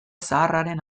zaharraren